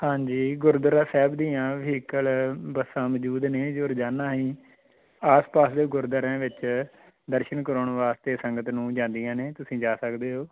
ਹਾਂਜੀ ਗੁਰਦੁਆਰਾ ਸਾਹਿਬ ਦੀਆਂ ਵਹੀਕਲ ਬੱਸਾਂ ਮੌਜੂਦ ਨੇ ਜੋ ਰੋਜ਼ਾਨਾ ਹੀ ਆਸ ਪਾਸ ਦੇ ਗੁਰਦੁਆਰਿਆਂ ਵਿੱਚ ਦਰਸ਼ਨ ਕਰਵਾਉਣ ਵਾਸਤੇ ਸੰਗਤ ਨੂੰ ਜਾਂਦੀਆਂ ਨੇ ਤੁਸੀਂ ਜਾ ਸਕਦੇ ਹੋ